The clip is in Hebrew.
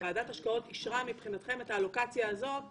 ועדת ההשקעות אישרה מבחינתכם את האלוקציה הזאת --- בוודאי.